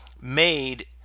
made